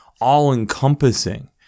all-encompassing